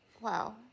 Wow